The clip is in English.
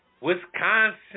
Wisconsin